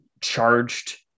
charged